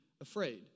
afraid